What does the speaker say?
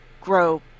grow